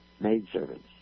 maidservants